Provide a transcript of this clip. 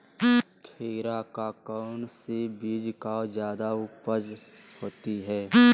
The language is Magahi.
खीरा का कौन सी बीज का जयादा उपज होती है?